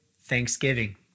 thanksgiving